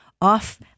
off